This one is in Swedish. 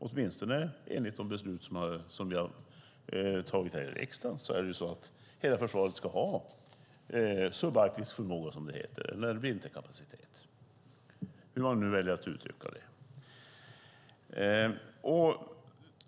Åtminstone enligt de beslut som vi tagit här i riksdagen ska hela försvaret ha subarktisk förmåga - eller vinterkapacitet, hur man nu väljer att uttrycka det.